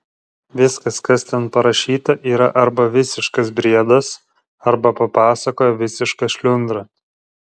viskas kas ten parašyta yra arba visiškas briedas arba papasakojo visiška šliundra